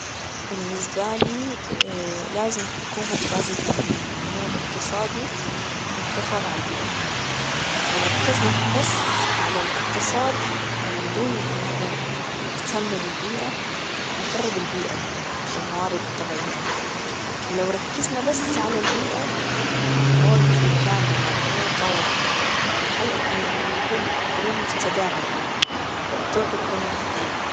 بالنسبة لي لازم الحكومة توازن ما بين النمو الإقتصادي والحفاظ على البيئة يعني لو ركزنا بس على الإقتصاد من دون إن إحنا نهتم بالبيئة هنخرب البيئة يعني والموارد الطبيعية ولو ركزنا بس على البيئة راح نوقف مكاننا ما راح نتطور الحل إنه يكون حلول مستدامة يعني تربط بين الاثنين.